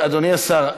אדוני השר,